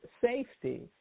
safety